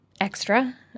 extra